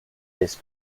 his